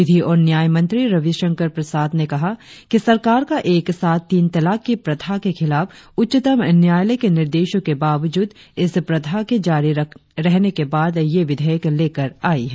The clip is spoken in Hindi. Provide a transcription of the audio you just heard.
विधि और न्याय मंत्री रविशंकर प्रसाद ने कहा कि सरकार का एक साथ तीन तलाक की प्रथा के खिलाफ उच्चतम न्यायालय के निर्देशों के बावजूद इस प्रथा के जारी रहने के बाद यह विधेयक लेकर आई है